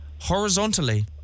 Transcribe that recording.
horizontally